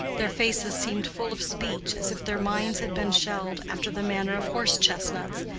their faces seemed full of speech, as if their minds had been shelled, after the manner of horse-chestnuts,